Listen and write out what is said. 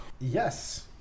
Yes